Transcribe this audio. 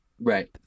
right